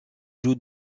joue